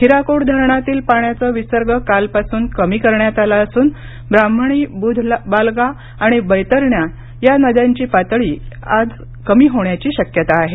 हिराकुड धरणातील पाण्याचा विसर्ग कालपासून कमी करण्यात आला असून ब्राम्हणी बुधबालंगा आणि बैतराणी या नद्यांची पाणीपातळी आज कमी होण्याची शक्यता आहे